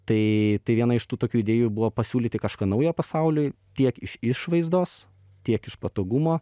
tai viena iš tų tokių idėjų buvo pasiūlyti kažką naujo pasauliui tiek iš išvaizdos tiek iš patogumo